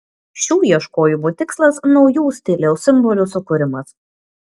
šių ieškojimų tikslas naujų stiliaus simbolių sukūrimas